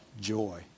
joy